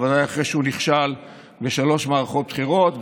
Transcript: בוודאי אחרי שהוא נכשל בשלוש מערכות בחירות,